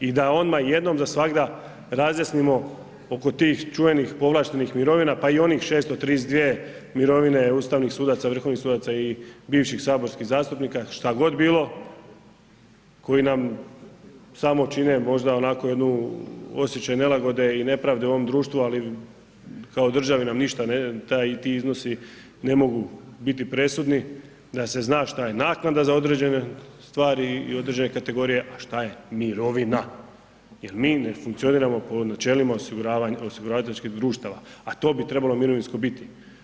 I da odmah jednom za svagda razjasnimo oko tih čuvenih povlaštenih mirovina pa i onih 632 mirovine ustavnih sudaca, vrhovnih sudaca i bivših saborskih zastupnika šta god bilo koji nam samo čine možda onako jedan osjećaj nelagode i nepravde u ovom društvu, ali kao državi nam ništa ti iznosi ne mogu biti presudni, da se zna šta je naknada za određene stvari i određene kategorije, a šta je mirovina jer mi ne funkcioniramo po načelima osiguravajućih društava, a to bi trebalo mirovinsko biti.